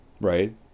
Right